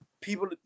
people